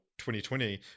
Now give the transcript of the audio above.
2020